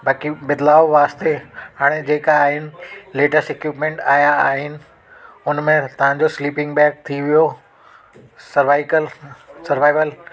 ताकी बदिलाव वास्ते हाणे जेका आहिनि लेटेस्ट इक्युप्मैंट आया आहिनि हुनमें तव्हांजो स्लीपिंग बैग थी वियो सर्वाइकल सर्वाइवल